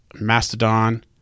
Mastodon